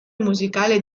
musicale